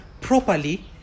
properly